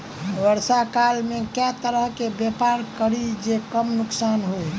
वर्षा काल मे केँ तरहक व्यापार करि जे कम नुकसान होइ?